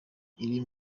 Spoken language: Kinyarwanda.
iri